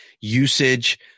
usage